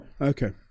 Okay